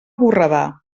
borredà